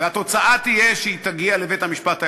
והתוצאה תהיה שהיא תגיע לבית-המשפט העליון,